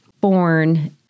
born